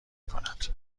کند